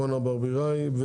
אורנה ברביבאי.